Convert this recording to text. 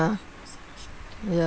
ya